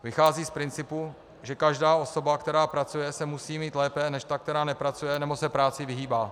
Vychází z principu, že každá osoba, která pracuje, se musí mít lépe než ta, která nepracuje nebo se práci vyhýbá.